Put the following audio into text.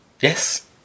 Yes